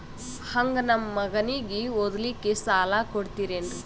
ಹಂಗ ನಮ್ಮ ಮಗನಿಗೆ ಓದಲಿಕ್ಕೆ ಸಾಲ ಕೊಡ್ತಿರೇನ್ರಿ?